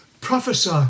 Prophesy